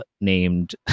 named